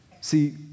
See